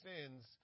sins